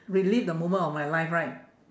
relive the moment of my life right